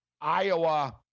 Iowa